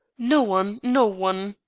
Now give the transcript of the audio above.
no one! no one!